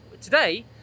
today